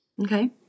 Okay